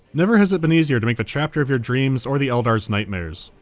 never has it been easier to make the chapter of your dreams or the eldar's nightmares.